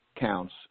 counts